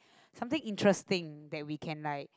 something interesting that we can like